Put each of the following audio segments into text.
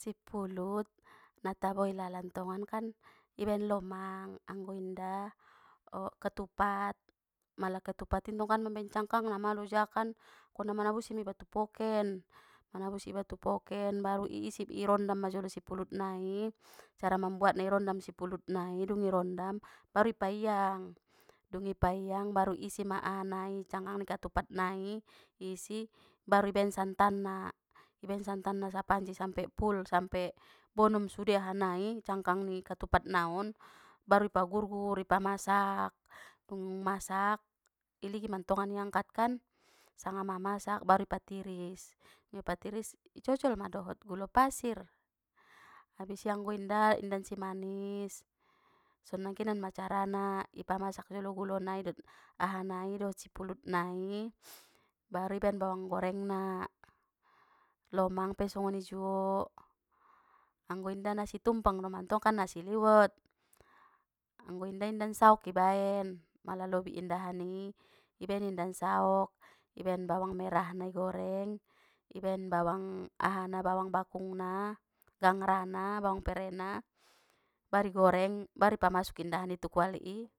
Sipulut na tabo ilala ntongan kan ibaen lomang anggo inda ketupat mala ketupat i kan mambaen cangakangna ma loja kan kon manabusi ma iba tu poken manabusi iba tu poken baru isi irondam ma jolo sipulut nai cara mambuatna irondam sipulut nai dungi rondam baru i paiang dung i paiang baru isi ma aha nai cangkang ni katupat nai i isi baru i baen santan na ibaen santan sa panci sampe full sampe bonom sude aha nai cangkang ni katupat na on baru i pagurgur i pamasak dung i masak iligin mantongan i angkat kan sanga ma masak baru i patiris dung ipatiris i cocol ma dohot gulo pasir abis i anggo inda indahan si manis son nangkinan ma carana i pamasak jolo gulo nai dohot sipulut nai baru ibaen bawang gorengna, lomang pe songoni juo anggo inda nasi tumpang domantong kan nasi liwet anggo inda indan saok i baen mala lobi indahan i ibaen indahan saok ibaen bawang merahna i goreng ibaen bawang aha na bawang bakungna gangra na bawang perei na baru i goreng baru i pamasuk indahan i tu kuali i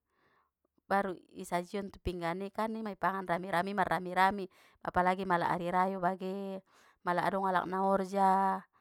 baru i sajion tu pinggan i kan ima i pangan rami-rami marrami-rami apalagi mala ari rayo bage mala adong alak na orja.